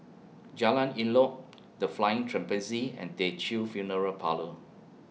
Jalan Elok The Flying Trapeze and Teochew Funeral Parlour